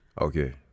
Okay